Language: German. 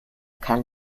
kann